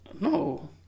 No